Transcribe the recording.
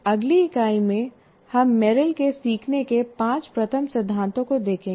अगली इकाई में हम मेरिल के सीखने के पाँच प्रथम सिद्धांतों को देखेंगे